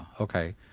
Okay